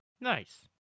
Nice